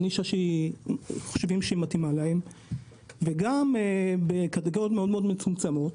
בנישה שהיא מתאימה להם וגם בקטגוריות מאוד מצומצמות,